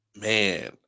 Man